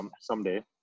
someday